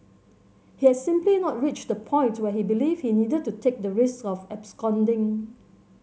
he had simply not reached the point where he believed he needed to take the risk of absconding